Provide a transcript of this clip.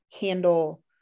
handle